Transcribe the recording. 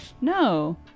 No